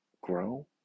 grow